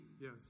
Yes